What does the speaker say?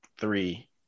three